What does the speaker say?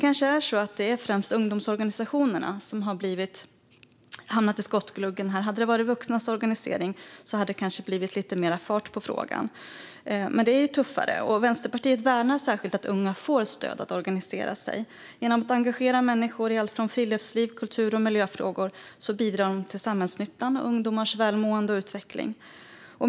Kanske är det för att det främst är ungdomsorganisationer som har hamnat i skottgluggen här. Hade det handlat om vuxnas organisering hade det kanske blivit lite mer fart på frågan. Men det är alltså tuffare. Vänsterpartiet värnar särskilt om att unga får stöd för att organisera sig. Genom att människor engagerar sig i alltifrån friluftsliv till kultur och miljöfrågor bidrar de till samhällsnyttan och ungdomars välmående och utveckling.